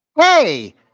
Hey